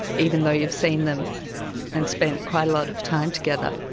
even though you've seen them and spent quite a lot of time together,